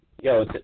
Yo